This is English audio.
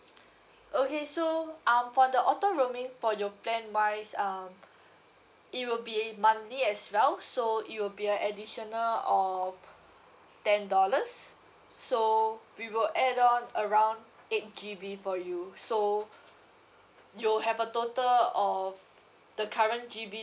okay so um for the auto roaming for your plan wise um it will be monthly as well so it will be an additional of ten dollars so we will add on around eight G_B for you so you'll have a total of the current G_B